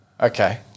Okay